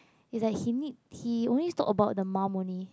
is like he need he always talk about the mom only